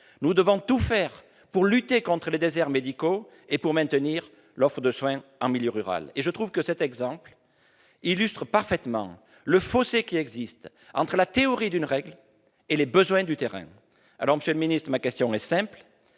contraire tout faire pour lutter contre les déserts médicaux et maintenir l'offre de soins en milieu rural ! Ce cas illustre parfaitement le fossé qui existe entre la théorie d'une règle et les besoins du terrain. Aussi, monsieur le ministre, ma question est simple